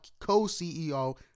co-CEO